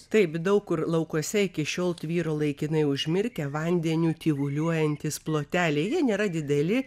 taip daug kur laukuose iki šiol tvyro laikinai užmirkę vandeniu tyvuliuojantys ploteliai jie nėra dideli